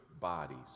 bodies